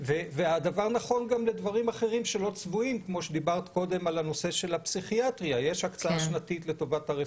יש פירוט גם של הנושא של הניסיון בארץ,